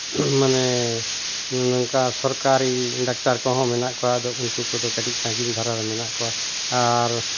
ᱢᱟᱱᱮ ᱱᱚᱝᱠᱟ ᱥᱚᱨᱠᱟᱨᱤ ᱰᱟᱠᱛᱟᱨ ᱠᱚᱦᱚᱸ ᱢᱮᱱᱟᱜ ᱠᱚᱣᱟ ᱟᱫᱚ ᱩᱱᱠᱩ ᱠᱚᱫᱚ ᱠᱟᱹᱴᱤᱡ ᱥᱟᱺᱜᱤᱧ ᱫᱷᱟᱨᱟ ᱨᱮ ᱢᱮᱱᱟᱜ ᱠᱚᱣᱟ ᱟᱨ